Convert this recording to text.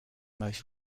most